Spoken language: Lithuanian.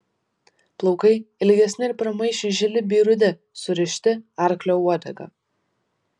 plaukai ilgesni ir pramaišiui žili bei rudi surišti arklio uodega